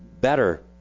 better